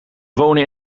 wonen